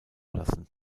lassen